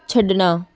ਛੱਡਣਾ